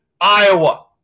Iowa